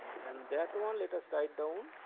and that one, let us write down